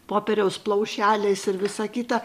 popieriaus plaušeliais ir visa kita